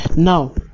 Now